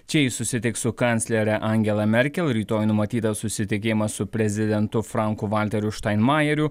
čia jis susitiks su kanclere angela merkel rytoj numatytas susitikimas su prezidentu franku valteriu štainmajeriu